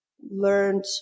learned